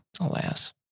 Alas